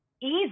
easy